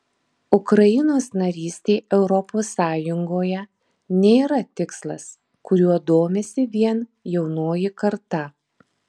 ukrainos narystė europos sąjungoje nėra tikslas kuriuo domisi vien jaunoji karta